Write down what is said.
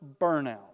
burnout